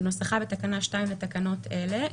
כנוסחה בתקנה 2 לתקנות אלה --- ביום?